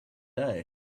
day